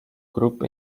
group